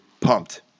pumped